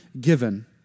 given